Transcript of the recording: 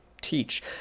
teach